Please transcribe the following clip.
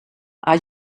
are